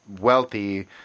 wealthy